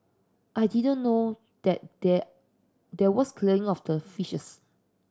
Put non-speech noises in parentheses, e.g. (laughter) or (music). I didn't know that (unintelligible) there was clearing of the fishes